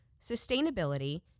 sustainability